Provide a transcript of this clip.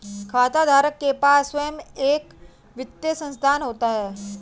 खाताधारक के पास स्वंय का वित्तीय संसाधन होता है